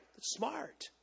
Smart